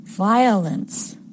Violence